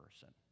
person